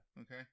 okay